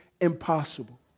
impossible